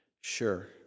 Sure